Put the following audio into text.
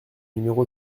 numéro